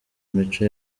imico